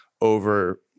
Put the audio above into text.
over